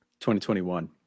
2021